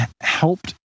helped